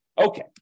Okay